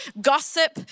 gossip